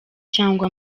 cyangwa